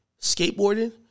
skateboarding